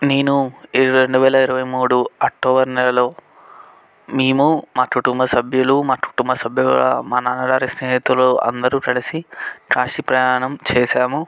నేను ఈ రెండు వేల ఇరవై మూడు అక్టోబర్ నెలలో మేము మా కుటుంబ సభ్యులు మా కుటుంబ సభ్యుల మా నాన్నగారు స్నేహితులు అందరూ కలిసి కాశీ ప్రయాణం చేశాము